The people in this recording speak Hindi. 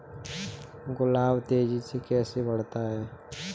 गुलाब तेजी से कैसे बढ़ता है?